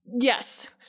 Yes